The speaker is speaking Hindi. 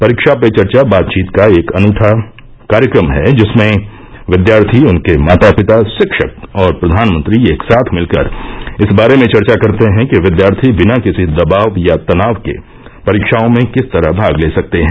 परीक्षा पे चर्चा बातचीत का एक अनूठा कार्यक्रम है जिसमें विद्यार्थी उनके माता पिता शिक्षक और प्रधानमंत्री एक साथ मिलकर इस बारे में चर्चा करते हैं कि विद्यार्थी बिना किसी दबाव या तनाव के परीक्षाओं में किस तरह भाग ले सकते हैं